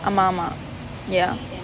ஆமா ஆமா:aama aama ya